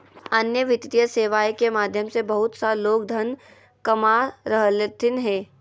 अन्य वित्तीय सेवाएं के माध्यम से बहुत सा लोग धन कमा रहलथिन हें